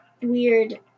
weird